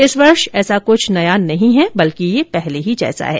इस वर्ष ऐसा कुछ नया नहीं है बल्कि ये पहले ही जैसा है